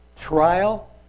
trial